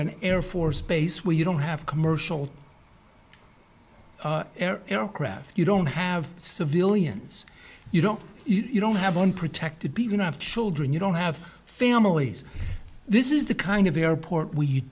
an air force base where you don't have commercial air aircraft you don't have civilians you don't you don't have unprotected people have children you don't have families this is the kind of airport we